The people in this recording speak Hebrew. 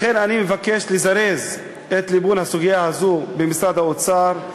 לכן אני מבקש לזרז את ליבון הסוגיה הזאת במשרד האוצר,